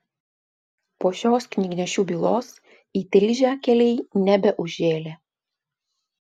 po šios knygnešių bylos į tilžę keliai nebeužžėlė